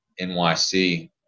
NYC